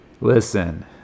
Listen